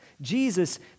Jesus